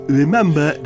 remember